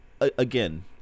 again